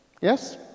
Yes